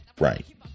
Right